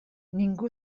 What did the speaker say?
ningú